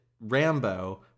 Rambo